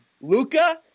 Luca